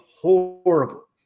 horrible